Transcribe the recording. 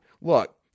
Look